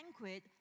banquet